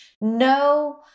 no